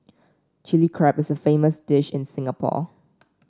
Chilli Crab is a famous dish in Singapore